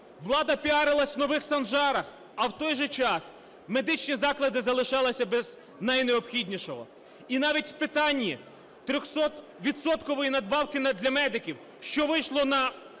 Влада піарилася в Нових Санжарах, а в той же час медичні заклади залишалися без найнеобхіднішого. І навіть в питанні 300 відсоткової надбавки для медиків, що вийшло по